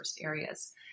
areas